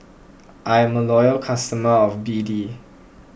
I'm a loyal customer of B D